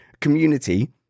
community